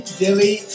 dilly